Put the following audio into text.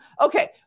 Okay